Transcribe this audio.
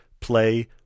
Play